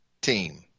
team